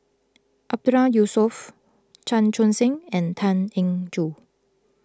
Mahmood Yusof Chan Chun Sing and Tan Eng Joo